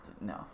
no